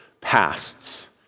pasts